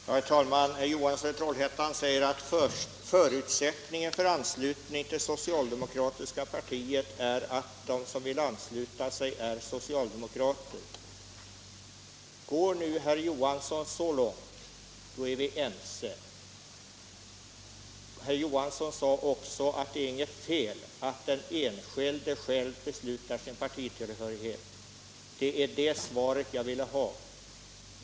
Herr talman! Herr Johansson i Trollhättan säger att förutsättningen för anslutningen till det socialdemokratiska partiet är att de som vill ansluta sig är socialdemokrater. Går herr Johansson nu så långt är vi överens. Herr Johansson sade också att det är inget fel att den enskilde själv beslutar sin partitillhörighet. Det är det svaret som jag ville ha.